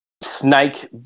Snake